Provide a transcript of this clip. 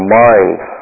minds